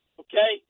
okay